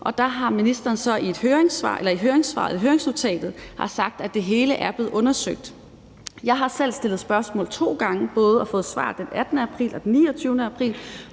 og der har ministeren så i høringsnotatet sagt, at det hele er blevet undersøgt. Jeg har selv stillet spørgsmål to gange og fået svar den 18. april og den 29. april,